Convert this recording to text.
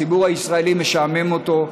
הציבור הישראלי משעמם אותה,